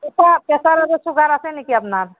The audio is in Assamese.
প্ৰেচাৰ আৰু চুগাৰ আছে নেকি আপোনাৰ